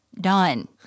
done